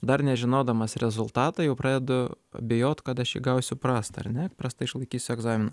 dar nežinodamas rezultato jau pradedu abejot kad aš jį gausiu prastą ar ne prastai išlaikysiu egzaminą